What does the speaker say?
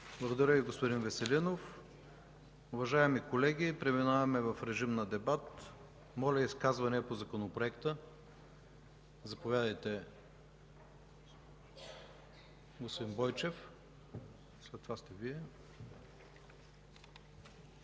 Благодаря Ви, господин Веселинов. Уважаеми колеги, преминаваме в режим на дебат. Моля, изказвания по Законопроекта. Заповядайте, господин Бойчев. ЖЕЛЬО БОЙЧЕВ